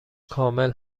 کامل